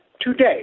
today